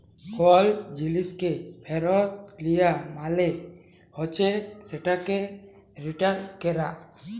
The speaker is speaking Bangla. কল জিলিসকে ফিরত লিয়া মালে হছে সেটকে রিটার্ল ক্যরা